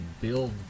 build